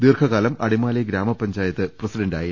ദീർഘകാലം അടിമാലി ഗ്രാമപഞ്ചായത്ത് പ്രസി ഡന്റായിരുന്നു